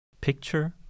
picture